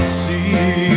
see